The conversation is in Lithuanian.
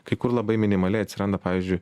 kai kur labai minimaliai atsiranda pavyzdžiui